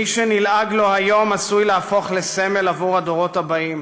מי שנלעג לו היום עשוי להפוך לסמל עבור הדורות הבאים,